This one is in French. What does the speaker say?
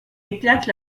éclate